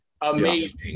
amazing